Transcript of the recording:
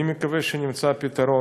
אני מקווה שנמצא פתרון.